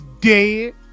dead